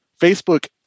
Facebook